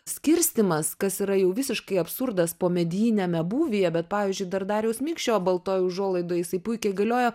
skirstymas kas yra jau visiškai absurdas pomedijiniame būvyje bet pavyzdžiui dar dariaus mikšio baltoj užuolaidoj jisai puikiai galiojo